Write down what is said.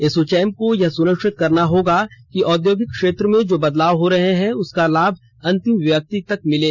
एसोचैम को यह सुनिश्चित करना होगा कि औद्योगिक क्षेत्र में जो बदलाव हो रहे हैं उसका लाभ अंतिम व्यक्ति तक पहुंचे